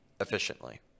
efficiently